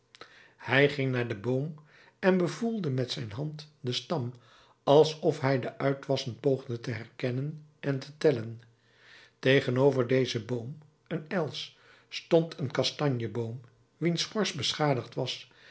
hij ging naar dien boom en bevoelde met zijn hand den stam alsof hij de uitwassen poogde te herkennen en te tellen tegenover dezen boom een els stond een kastanjeboom wiens schors beschadigd was